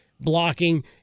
blocking